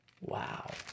Wow